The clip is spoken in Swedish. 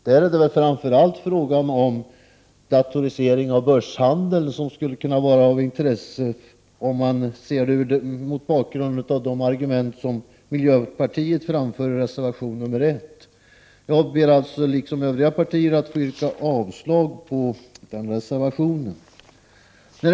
Mot bakgrund av de argument som miljöpartiet anför i reservation nr 1 skulle däremot frågan om datorisering av börshandeln vara av intresse. Jag - liksom representanter för övriga partier —-yrkar alltså avslag på reservation nr 1.